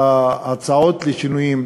בהצעות לשינויים,